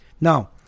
Now